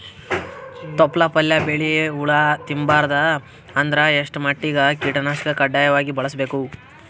ತೊಪ್ಲ ಪಲ್ಯ ಬೆಳಿ ಹುಳ ತಿಂಬಾರದ ಅಂದ್ರ ಎಷ್ಟ ಮಟ್ಟಿಗ ಕೀಟನಾಶಕ ಕಡ್ಡಾಯವಾಗಿ ಬಳಸಬೇಕು?